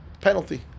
penalty